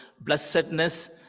blessedness